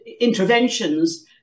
interventions